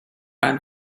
ran